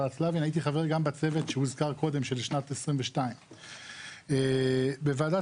גם בצוות שהוזכר קודם של שנת 2022. בוועדת